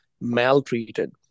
maltreated